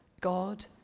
God